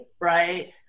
right